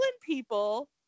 people